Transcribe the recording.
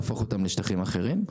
ולהפוך אותם לשטחים אחרים.